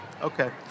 Okay